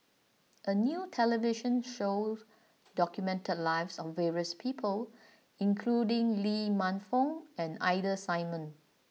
a new television show documented the lives of various people including Lee Man Fong and Ida Simmons